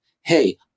hey